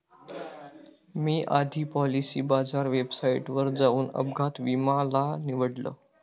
मी आधी पॉलिसी बाजार वेबसाईटवर जाऊन अपघात विमा ला निवडलं